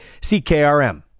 CKRM